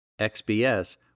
XBS